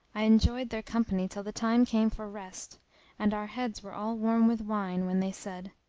i enjoyed their company till the time came for rest and our heads were all warm with wine, when they said,